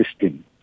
system